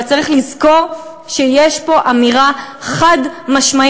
אבל צריך לזכור שיש פה אמירה חד-משמעית.